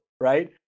right